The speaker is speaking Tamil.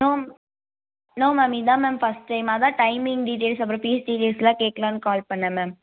நோ நோ மேம் இதான் மேம் ஃபர்ஸ்ட் டைம் அதான் டைமிங் டீட்டெயில்ஸ் அப்புறம் ஃபீஸ் டீட்டெயில்ஸ் எல்லாம் கேட்கலான்னு கால் பண்ணேன் மேம்